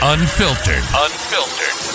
Unfiltered